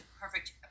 perfect